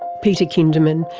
peter kinderman,